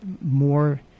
more